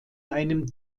einem